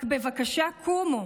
רק בבקשה, קומו.